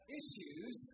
issues